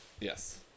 yes